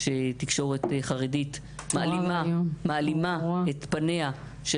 שתקשורת חרדית מעלימה את פניה של